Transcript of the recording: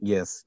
Yes